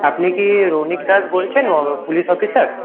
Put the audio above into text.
আপনি কি রৌণিক দাস বলছেন পুলিস অফিসার